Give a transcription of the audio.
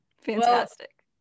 Fantastic